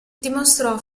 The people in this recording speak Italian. dimostrò